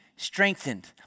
strengthened